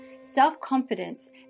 self-confidence